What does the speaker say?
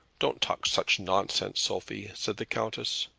don't talk such nonsense, sophie, said the countess.